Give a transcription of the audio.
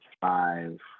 five